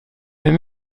même